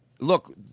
Look